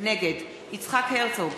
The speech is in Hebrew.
נגד יצחק הרצוג,